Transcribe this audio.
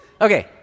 Okay